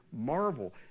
marvel